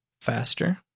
faster